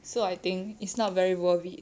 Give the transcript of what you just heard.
so I think it's not very worth it